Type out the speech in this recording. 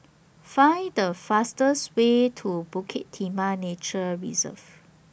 Find The fastest Way to Bukit Timah Nature Reserve